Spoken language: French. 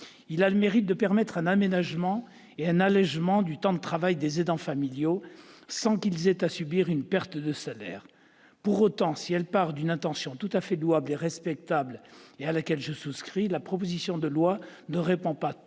Il a le mérite de permettre un aménagement et un allégement du temps de travail des aidants familiaux sans que ces derniers aient à subir une perte de salaire. Pour autant, si elle part d'une intention tout à fait louable et respectable, à laquelle, bien sûr, je souscris, cette proposition de loi ne répond pas totalement